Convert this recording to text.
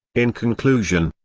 in conclusion,